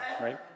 right